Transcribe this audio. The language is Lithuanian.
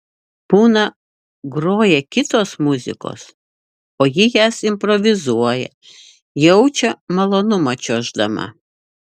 būna groja kitos muzikos o ji jas improvizuoja jaučia malonumą čiuoždama